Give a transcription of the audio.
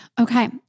okay